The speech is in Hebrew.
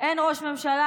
אין ראש ממשלה,